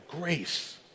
grace